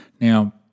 Now